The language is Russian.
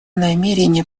намерение